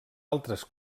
altres